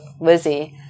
Lizzie